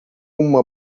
uma